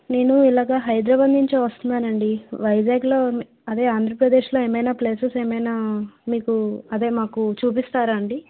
నేను ఇలాగా హైదరాబాద్ నుంచి వస్తున్నానండి వైజాగ్లో అదే ఆంధ్రప్రదేశ్లో ఏమైనా ప్లేసెస్ ఏమైనా మీకు అదే మాకు చూపిస్తారా అండి